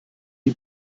die